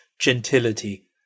gentility